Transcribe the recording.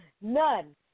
None